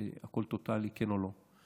שבו הכול טוטלי, כן או לא.